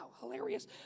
Hilarious